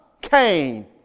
Cain